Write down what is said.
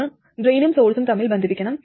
ഇത് ഡ്രെയിനും സോഴ്സും തമ്മിൽ ബന്ധിപ്പിക്കണം